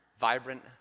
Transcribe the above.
vibrant